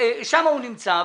שם הוא נמצא,